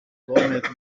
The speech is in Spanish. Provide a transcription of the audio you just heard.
gómez